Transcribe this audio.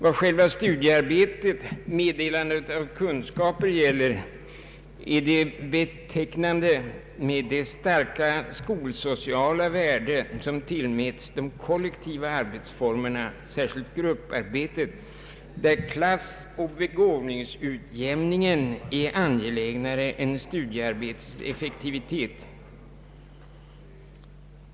Vad själva studiearbetet, meddelandet av kunskaper, beträffar är det betecknande med det starka skolsociala värde som tillmäts de kollektiva arbetsformerna, särskilt grupparbetet, där klassoch begåvningsutjämning är mer angelägen än studiearbetseffektivitet.